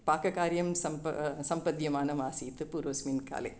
पाककार्यं सम्प सम्पाद्यमानमासीत् पूर्वस्मिन् काले